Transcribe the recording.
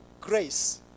grace